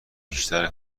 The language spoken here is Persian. بیشتر